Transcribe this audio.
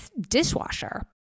dishwasher